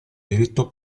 diritto